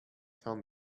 found